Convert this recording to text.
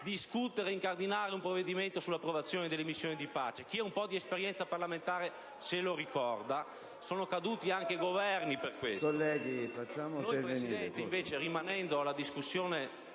discutere e incardinare un provvedimento sull'approvazione delle missioni di pace. Chi ha un po' d'esperienza parlamentare se lo ricorda: sono caduti anche Governi per questo!